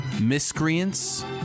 miscreants